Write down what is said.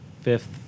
fifth